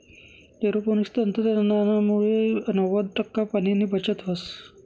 aeroponics तंत्रज्ञानमुये नव्वद टक्का पाणीनी बचत व्हस